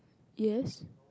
yes